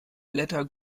blätter